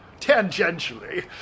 tangentially